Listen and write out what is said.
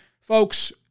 Folks